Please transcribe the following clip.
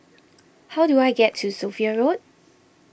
how do I get to Sophia Road